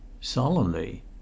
solemnly